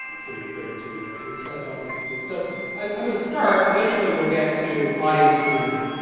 it's gonna be great to to discuss all this with you. so i'm gonna start. eventually we'll get to audience q and a.